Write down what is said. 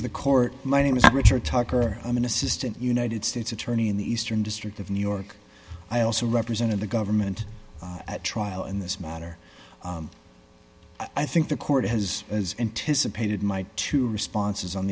please the court my name is richard tucker i'm an assistant united states attorney in the eastern district of new york i also represented the government at trial in this matter i think the court has as anticipated my two responses on